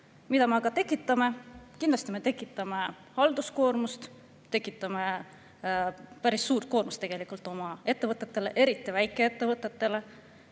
Mida me aga tekitame? Kindlasti me tekitame halduskoormust, tekitame päris suure koormuse tegelikult oma ettevõtetele, eriti väikeettevõtetele.